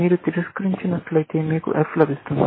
మీరు తిరస్కరించిన అట్లయితే మీకు F లభిస్తుంది